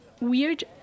weird